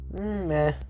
meh